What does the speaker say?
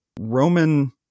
Roman